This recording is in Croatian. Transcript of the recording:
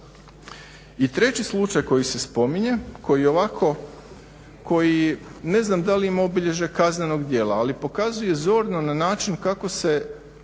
I treći slučaj koji se spominje, koji je ovako, koji ne znam da li ima obilježja kaznenog djela, ali pokazuje zorno na način kako se